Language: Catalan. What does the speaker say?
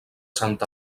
sant